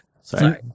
Sorry